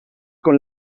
con